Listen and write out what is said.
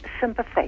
sympathy